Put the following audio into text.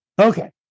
Okay